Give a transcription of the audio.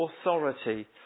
authority